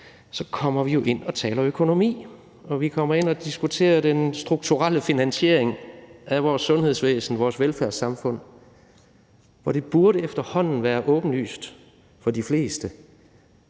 kommer vi jo ind og taler om økonomi, og vi kommer ind og diskuterer den strukturelle finansiering af vores sundhedsvæsen og vores velfærdssamfund. Det burde efterhånden være åbenlyst for de fleste,